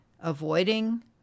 avoiding